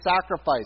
sacrifice